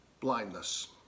blindness